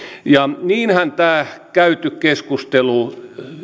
ja senhän tämä käyty keskustelu